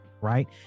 right